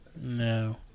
No